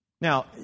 Now